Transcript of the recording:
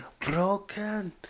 Broken